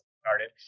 started